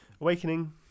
Awakening